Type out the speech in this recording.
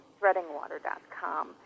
ThreadingWater.com